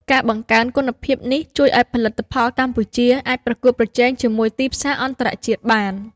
ការបង្កើនគុណភាពនេះជួយឱ្យផលិតផលកម្ពុជាអាចប្រកួតប្រជែងជាមួយទីផ្សារអន្តរជាតិបាន។